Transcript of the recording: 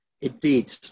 Indeed